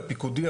הפיקודי,